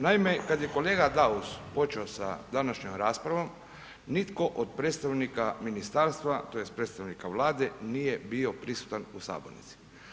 Naime kad je kolega Daus počeo sa današnjom raspravom nitko od predstavnika ministarstva tj. predstavnika Vlade nije bio prisutan u sabornici.